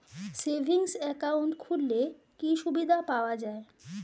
Savings account খুললে কি সুবিধা পাওয়া যায়?